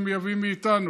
והם מייבאים מאיתנו.